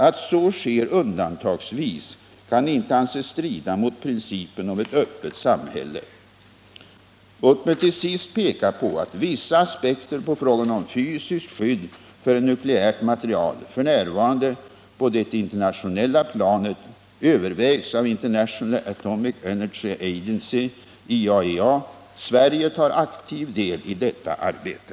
Att så sker undantagsvis kan inte anses strida mot principen om ett öppet samhälle. Låt mig till sist peka på att vissa aspekter på frågan om fysiskt skydd för nukleärt material f. n. på det internationella planet övervägs av International Atomic Energy Agency . Sverige tar aktiv del i detta arbete.